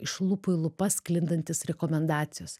iš lūpų į lūpas sklindantys rekomendacijos